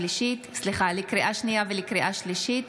לקריאה שנייה ולקריאה שלישית,